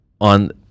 on